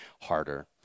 harder